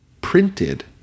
printed